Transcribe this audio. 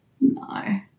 No